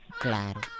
Claro